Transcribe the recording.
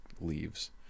leaves